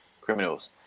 criminals